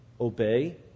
obey